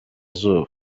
izuba